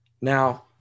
Now